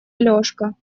алешка